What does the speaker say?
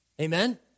amen